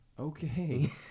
Okay